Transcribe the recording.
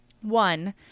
One